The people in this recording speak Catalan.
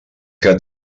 que